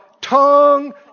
tongue